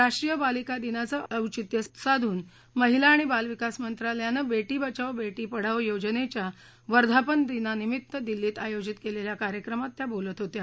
राष्ट्रीय बालिका दिनाचं औचित्य साधून माहिला आणि बालविकास मंत्रालयानं बेटी बचाओ बेटी पढाओ योजनेच्या वर्धापनदिनानिमित्त दिल्लीत आयोजित केलेल्या कार्यक्रमात त्या बोलत होत्या